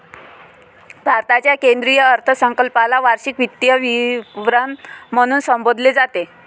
भारताच्या केंद्रीय अर्थसंकल्पाला वार्षिक वित्तीय विवरण म्हणून संबोधले जाते